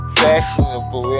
fashionable